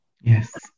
Yes